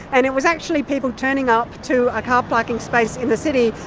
and it was actually people turning up to a car parking space in the city,